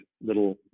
little